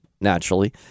naturally